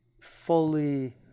fully